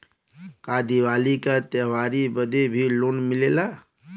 का दिवाली का त्योहारी बदे भी लोन मिलेला?